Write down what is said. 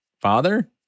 Father